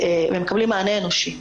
הם מקבלים מענה אנושי.